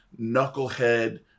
knucklehead